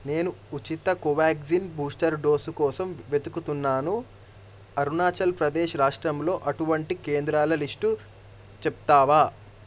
నేను ఉచిత Covaxin booster dose కోసం వెతుకుతున్నాను అరుణాచల్ ప్రదేశ్ రాష్ట్రంలో అటువంటి కేంద్రాల లిస్టు చెప్తావా